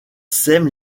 sème